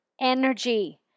energy